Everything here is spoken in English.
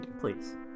please